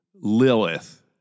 Lilith